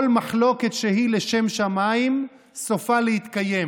כל מחלוקת שהיא לשם שמיים, סופה להתקיים.